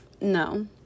no